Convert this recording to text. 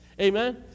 Amen